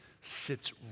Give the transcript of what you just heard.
sits